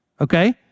Okay